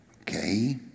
Okay